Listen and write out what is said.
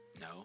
No